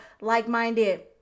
like-minded